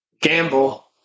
Gamble